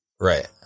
right